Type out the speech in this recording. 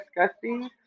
disgusting